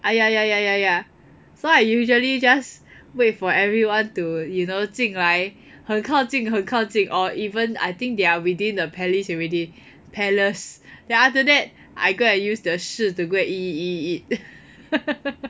ya ya ya ya ya so I usually just wait for everyone to you know 近来很靠近很靠近 or even I think they are within the palace already palace then after that I go and use the 士 to go and eat eat eat eat eat